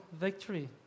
victory